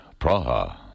Praha